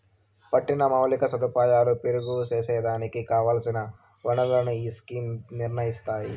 పట్టిన మౌలిక సదుపాయాలు మెరుగు సేసేదానికి కావల్సిన ఒనరులను ఈ స్కీమ్ నిర్నయిస్తాది